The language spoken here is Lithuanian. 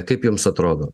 kaip jums atrodo